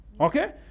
Okay